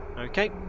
Okay